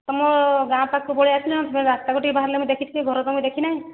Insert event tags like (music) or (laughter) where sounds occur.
ତୁମ ଗାଁ ପାଖକୁ ପଳେଇ ଆସିଲେ (unintelligible) ରାସ୍ତାକୁ ଟିକିଏ ବାହାରିଲେ ମୁଁ ଦିଖିଥିଲି ଘର ତ ମୁଇଁ ଦେଖିନାହିଁ